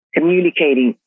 Communicating